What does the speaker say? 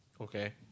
Okay